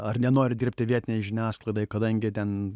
ar nenori dirbti vietinei žiniasklaidai kadangi ten